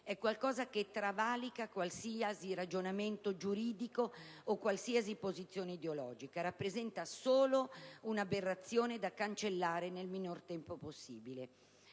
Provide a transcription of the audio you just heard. è qualcosa che travalica qualsiasi ragionamento giuridico o posizione ideologica e rappresenta solo un'aberrazione da cancellare nel minor tempo possibile.